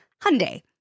Hyundai